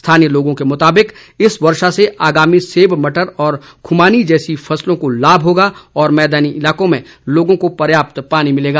स्थानीय लोगों के मुताबिक इस वर्षा से आगामी सेब मटर और खुमानी जैसी फसलों को लाभ होगा और मैदानी इलाकों में लोगों को पर्याप्त पानी मिलेगा